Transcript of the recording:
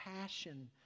passion